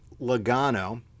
Logano